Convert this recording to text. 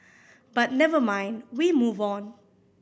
but never mind we move on